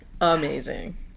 Amazing